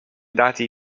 dati